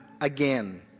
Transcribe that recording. again